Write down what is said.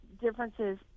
differences